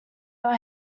your